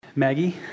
Maggie